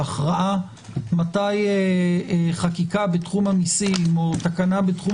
ההכרעה מתי חקיקה בתחום המיסים או תקנה בתחום